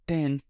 Ten